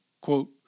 Quote